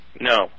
No